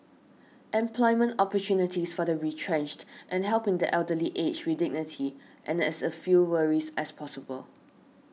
employment opportunities for the retrenched and helping the elderly age with dignity and as few worries as possible